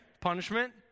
punishment